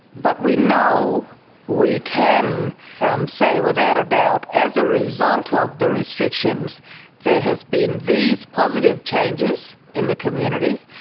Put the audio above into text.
but we know we can um say without a doubt, as a result of the restrictions there has been these positive changes in the community.